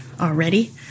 already